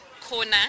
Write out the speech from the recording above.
corner